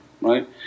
Right